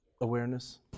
awareness